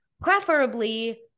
preferably